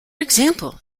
example